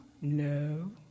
No